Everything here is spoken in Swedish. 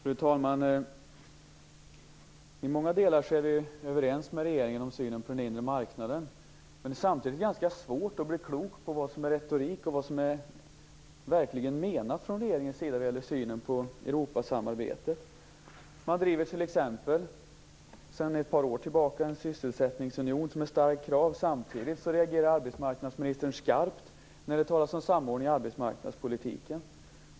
Fru talman! I många delar är vi överens med regeringen om synen på den inre marknaden. Men det är ganska svårt att bli klok på vad som är retorik och vad man verkligen menar från regeringens sida när det gäller synen på Europasamarbetet. Man driver t.ex. sedan ett par år tillbaka ett starkt krav om en sysselsättningsunion. Samtidigt reagerar arbetsmarknadsministern skarpt när det talas om samordning i arbetsmarknadspolitiken.